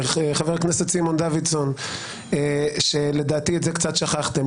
חבר הכנסת סימון דוידסון ולדעתי את זה קצת שכחתם.